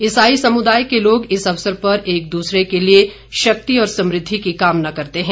इसाई समुदाय के लोग इस अवसर पर एक दूसरे के लिए शक्ति और समुद्धि की कामना करते हैं